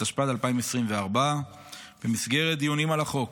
התשפ"ד 2024. במסגרת דיונים על החוק